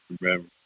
remember